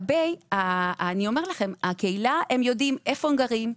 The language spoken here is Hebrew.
הם יודעים איפה אנשי הקהילה גרים,